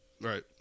Right